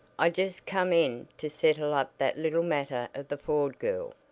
i just come in to settle up that little matter of the ford girl,